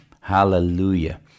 Hallelujah